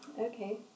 Okay